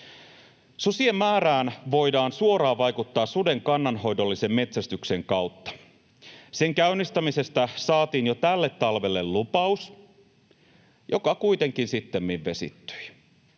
Susien määrään voidaan suoraan vaikuttaa suden kannanhoidollisen metsästyksen kautta. Sen käynnistämisestä saatiin jo tälle talvelle lupaus, joka kuitenkin sittemmin vesittyi.